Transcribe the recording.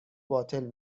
باطل